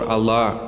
Allah